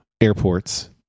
airports